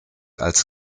als